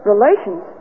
Relations